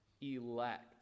elect